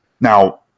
Now